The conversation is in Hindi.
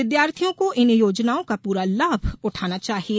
विद्यार्थियों को इन योजनाओं का पूरा लाभ उठाना चाहिये